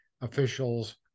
officials